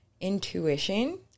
intuition